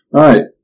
right